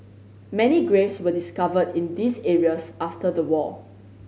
many graves were discovered in these areas after the war